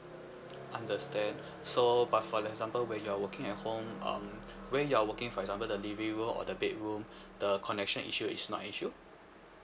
understand so but for like example when you're working at home um when you're working for example the living room or the bedroom the connection issue is not an issue